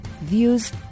views